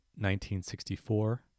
1964